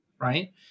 Right